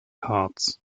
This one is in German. harz